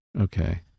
Okay